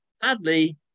Sadly